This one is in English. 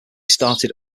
started